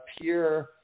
pure